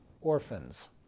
orphans